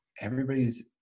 everybody's